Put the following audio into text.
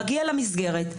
מגיע למסגרת.